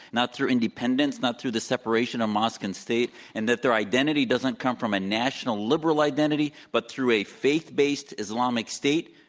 not through independence, not through the separation of mosque and state, and that their identity doesn't come from a national liberal identity but through a faith based islamic state,